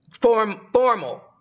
formal